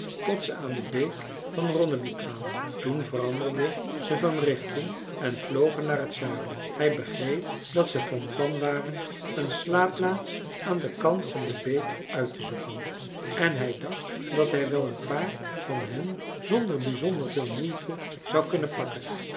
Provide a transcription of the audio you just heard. tot ze aan de beek van ronneby kwamen toen veranderden ze van richting en vlogen naar het zuiden hij begreep dat ze van plan waren een slaapplaats aan den kant van de beek uit te zoeken en hij dacht dat hij wel een paar van hen zonder bizonder veel moeite zou kunnen pakken